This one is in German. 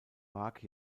mark